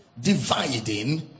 dividing